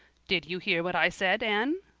did you hear what i said, anne?